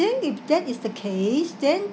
think if that is the case then